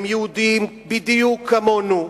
הם יהודים בדיוק כמונו.